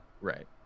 Right